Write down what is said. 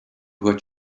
what